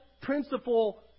principle